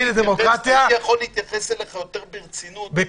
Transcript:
הייתי יכול להתייחס אליך יותר ברצינות אם